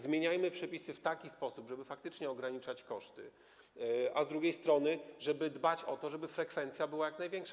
Zmieniajmy przepisy w taki sposób, żeby faktycznie ograniczać koszty, a z drugiej strony, żeby dbać o to, żeby frekwencja była jak najwyższa.